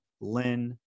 Lynn